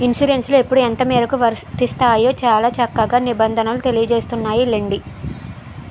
ఇన్సురెన్సులు ఎప్పుడు ఎంతమేరకు వర్తిస్తాయో చాలా చక్కగా నిబంధనలు తెలియజేస్తున్నాయిలెండి